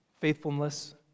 Faithfulness